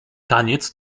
taniec